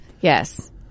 Yes